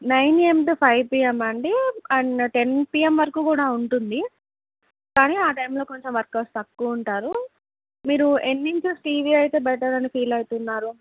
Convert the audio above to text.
nine AM to five PM అండి and ten PM వరకు కూడా ఉంటుంది కానీ ఆ టైంలో కొంచెం వర్కర్స్ తక్కువ ఉంటారు మీరు ఎన్ని ఇంచెస్ టీవీ అయితే బెటర్ అని ఫీల్ అవుతున్నారు